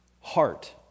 Heart